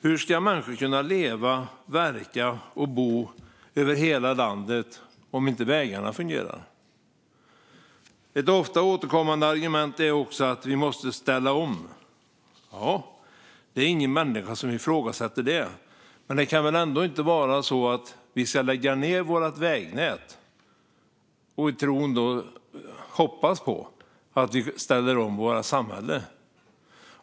hur människor ska kunna leva, verka och bo i hela landet om inte vägarna fungerar. Ett ofta återkommande argument är att vi måste ställa om. Ja, det är ingen människa som ifrågasätter det. Men det kan väl ändå inte vara så att vi ska lägga ned vårt vägnät i tro och hopp om att vi ställer om vårt samhälle?